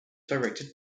directed